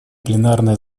пленарное